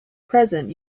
present